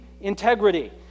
integrity